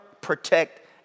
protect